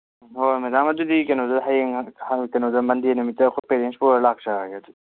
ꯍꯣꯏ ꯍꯣꯏ ꯃꯦꯗꯥꯝ ꯑꯗꯨꯗꯤ ꯀꯩꯅꯣꯗ ꯍꯌꯦꯡ ꯀꯩꯅꯣꯗ ꯃꯟꯗꯦ ꯅꯨꯃꯤꯠꯇ ꯑꯩꯈꯣꯏ ꯄꯦꯔꯦꯟꯁ ꯄꯨꯔꯥ ꯂꯥꯛꯆꯔꯒꯦ ꯑꯗꯨ